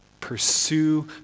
Pursue